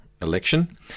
election